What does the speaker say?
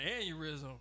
aneurysm